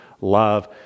love